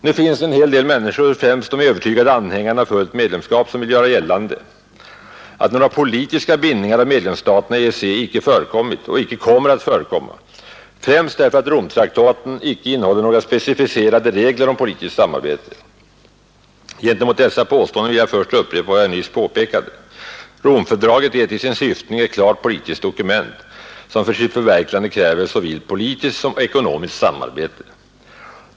Nu finns det ju en hel del människor, främst de övertygade anhängarna av fullt medlemskap, som vill göra gällande att några politiska bindningar av medlemsstaterna i EEC icke förekommit och icke skall förekomma, främst därför att Romtraktaten icke innehåller några specificerade regler om politiskt samarbete. Gentemot dessa påståenden vill jag först upprepa vad jag nyss påpekade. Romfördraget är till sin syftning ett klart politiskt dokument, som för sitt förverkligande kräver såväl politiskt som ekonomiskt samarbete.